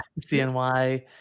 CNY